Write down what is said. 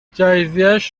جهیزیهش